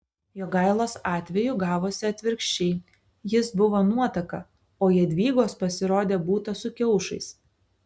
jogailos atveju gavosi atvirkščiai jis buvo nuotaka o jadvygos pasirodė būta su kiaušais